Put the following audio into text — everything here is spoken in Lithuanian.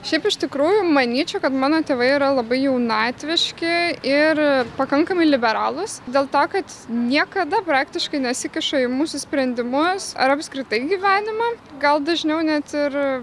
šiaip iš tikrųjų manyčiau kad mano tėvai yra labai jaunatviški ir pakankamai liberalūs dėl to kad niekada praktiškai nesikiša į mūsų sprendimus ar apskritai gyvenimą gal dažniau net ir